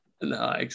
No